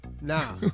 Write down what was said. Now